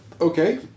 Okay